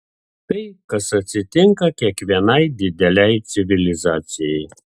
tai kas atsitinka kiekvienai didelei civilizacijai